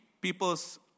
people's